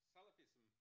Salafism